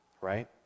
right